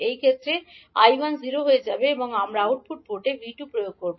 এই ক্ষেত্রে 𝐈1 0 হয়ে যাবে এবং আমরা আউটপুট পোর্ট 𝐕2 প্রয়োগ করব